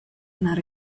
not